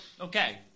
okay